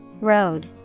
Road